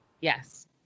Yes